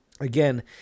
again